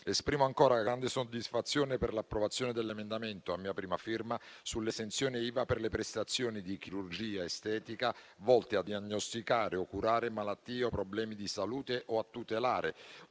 Esprimo ancora grande soddisfazione per l'approvazione dell'emendamento a mia prima firma sull'esenzione IVA per le prestazioni di chirurgia estetica volte a diagnosticare o curare malattie o problemi di salute o a tutelare,